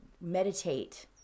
meditate